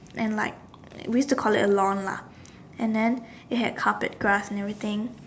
and like we used to call it a lawn lah and then it had carpet grass and everything